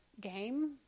game